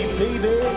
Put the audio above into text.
baby